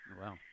Wow